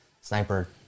sniper